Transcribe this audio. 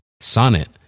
Sonnet